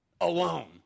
Alone